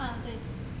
ah 对